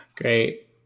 Great